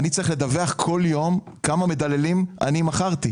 אני צריך לדווח כל יום כמה מדללים מכרתי,